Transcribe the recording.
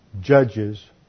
judges